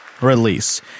release